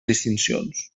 distincions